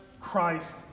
Christ